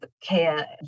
care